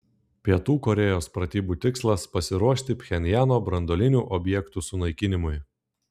pietų korėjos pratybų tikslas pasiruošti pchenjano branduolinių objektų sunaikinimui